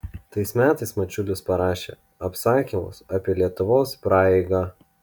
tais metais mačiulis parašė apsakymus apie lietuvos praeigą